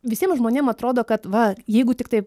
visiem žmonėm atrodo kad va jeigu tiktai